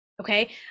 okay